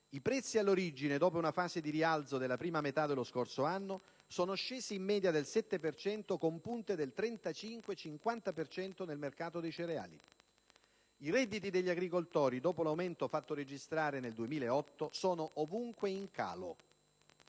i prezzi all'origine, dopo una fase di rialzo della prima metà dello scorso anno, sono scesi in media del 7 per cento con punte del 35-50 per cento nel mercato dei cereali; i redditi degli agricoltori, dopo l'aumento registrato nel 2008, sono ovunque in calo;